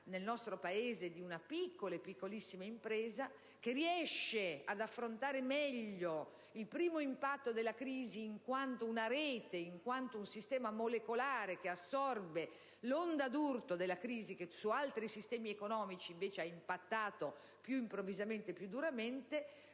presenza di una piccola e piccolissima impresa che riesce ad affrontare meglio il primo impatto della crisi in quanto rete, in quanto sistema molecolare che assorbe l'onda d'urto della crisi (che su altri sistemi economici ha invece impattato più improvvisamente e più duramente),